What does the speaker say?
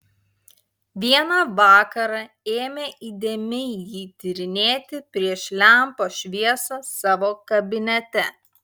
vieną vakarą ėmė įdėmiai jį tyrinėti prieš lempos šviesą savo kabinete